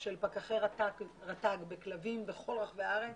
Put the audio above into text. של פקחי רט"ג בכלבים בכל רחבי הארץ.